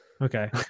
okay